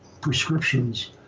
prescriptions